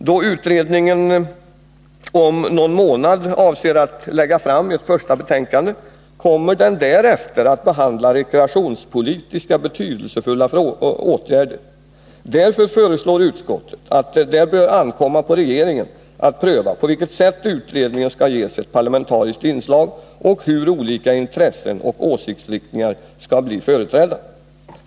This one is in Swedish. Då utredningen om någon månad avser att lägga fram ett första betänkande kommer den därefter att behandla rekreationspolitiskt betydelsefulla åtgärder. Därför uttalar utskottet att det bör ankomma på regeringen att pröva på vilket sätt utredningen skall ges ett parlamentariskt inslag och hur olika intressen och åsiktsriktningar skall bli företrädda.